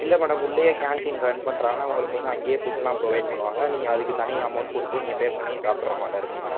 இல்லை மேடம் உள்ளேயே canteen run பண்ணுறாங்க உங்களுக்கு வந்து அங்கேயே ஃபுட்லாம் ப்ரோவைடு பண்ணுவாங்க நீங்கள் அதுக்கு தனியாக அமௌண்ட் கொடுத்து நீங்கள் பே பண்ணி சாப்பிடற மாட்டம் இருக்கும் மேடம்